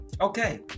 Okay